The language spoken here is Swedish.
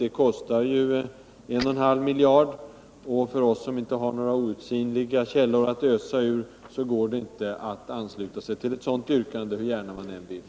Det kostar 1,5 miljarder kronor, och eftersom vi inte har några outsinliga källor att ösa ur kan vi inte ansluta oss till ett sådant yrkande hur gärna vi än vill.